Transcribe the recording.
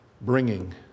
bringing